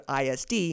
ISD